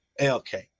ALK